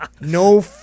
No